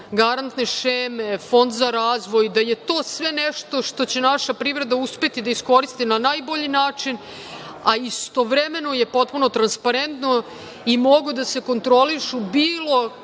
garantne šeme, Fond za razvoj, da je to sve nešto što će naša privreda uspeti da iskoristi na najbolji način, a istovremeno je potpuno transparentno i mogu da se kontrolišu bilo